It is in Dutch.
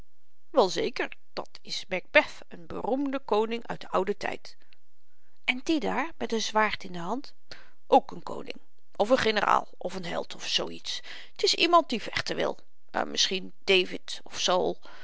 wel zeker dat is macbeth n beroemde koning uit den ouden tyd en die daar met n zwaard in de hand ook n koning of n generaal of n held of zoo iets t is iemand die vechten wil misschien david of